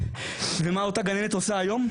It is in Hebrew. מה אותה גננת עושה היום?